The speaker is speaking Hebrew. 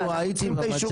אבו, הייתי במצגת.